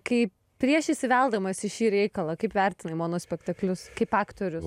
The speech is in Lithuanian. kai prieš įsiveldamas į šį reikalą kaip vertinai monospektaklius kaip aktorius